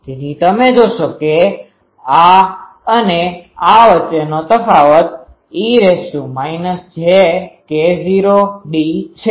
તેથી તમે જોશો કે આ અને આ વચ્ચેનો તફાવત e jK૦d છે